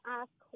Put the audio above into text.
ask